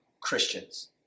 Christians